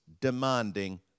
demanding